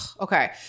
okay